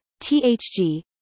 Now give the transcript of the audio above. THG